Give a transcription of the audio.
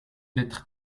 d’être